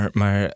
maar